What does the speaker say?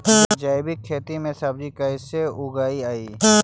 जैविक खेती में सब्जी कैसे उगइअई?